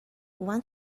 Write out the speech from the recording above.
one